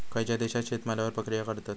खयच्या देशात शेतमालावर प्रक्रिया करतत?